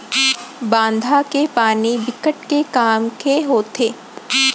बांधा के पानी बिकट के काम के होथे